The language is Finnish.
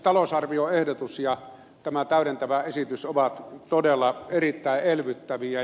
talousarvioehdotus ja tämä täydentävä esitys ovat todella erittäin elvyttäviä